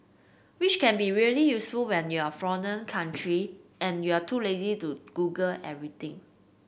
which can be really useful when you're in a foreign country and you're too lazy to Google everything